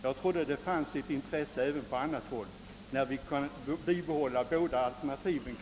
Jag trodde att det även på annat håll fanns intresse för att bibehålla båda alternativen.